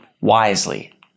wisely